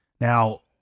Now